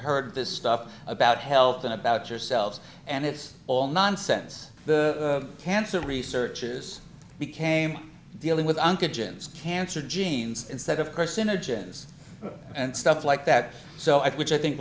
heard this stuff about health and about yourselves and it's all nonsense the cancer researchers became dealing with cancer genes instead of course in agendas and stuff like that so i which i think